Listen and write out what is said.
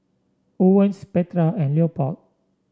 Owens Petra and Leopold